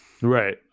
right